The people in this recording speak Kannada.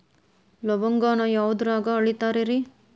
ಲವಂಗಾನ ಯಾವುದ್ರಾಗ ಅಳಿತಾರ್ ರೇ?